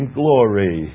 glory